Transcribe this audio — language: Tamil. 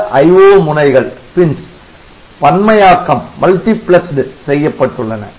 பல IO முனைகள் பன்மையாக்கம் செய்யப்பட்டுள்ளன